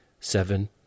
seven